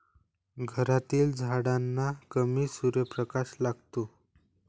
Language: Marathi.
घरातील झाडांना कमी सूर्यप्रकाश लागतो